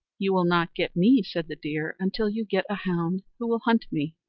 you will not get me, said the deer, until you get a hound who will hunt me.